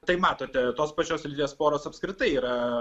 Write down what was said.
tai matote tos pačios lyties poros apskritai yra